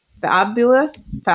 fabulous